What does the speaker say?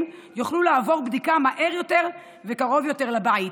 יוכלו לעבור בדיקה מהר יותר וקרוב יותר לבית.